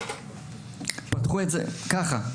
זה ככה,